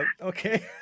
Okay